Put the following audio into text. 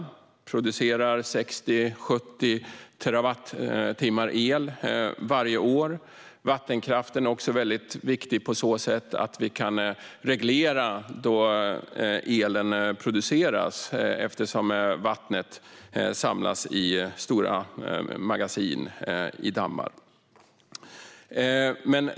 Den producerar 60-70 terawattimmar el varje år. Vattenkraften är också viktig på så sätt att vi kan reglera när elen produceras eftersom vattnet samlas i stora magasin och dammar.